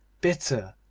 bitter,